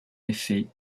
effet